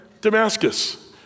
Damascus